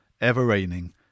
Ever-Reigning